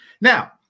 Now